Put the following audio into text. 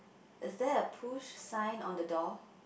is there a push sign on the door